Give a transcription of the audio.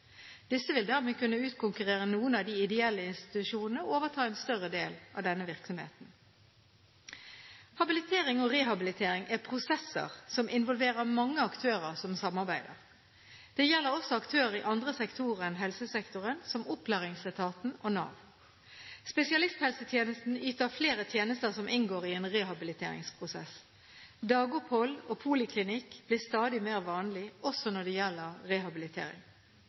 Disse vil dermed kunne utkonkurrere noen av de ideelle institusjonene og overta en større del av denne virksomheten. Habilitering og rehabilitering er prosesser som involverer mange aktører som samarbeider. Det gjelder også aktører i andre sektorer enn helsesektoren – som opplæringsetaten og Nav. Spesialisthelsetjenesten yter flere tjenester som inngår i en rehabiliteringsprosess. Dagopphold og poliklinikk blir stadig mer vanlig – også når det gjelder rehabilitering.